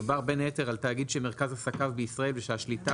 מדובר בין היתר על תאגיד שמרכז עסקיו בישראל ושהשליטה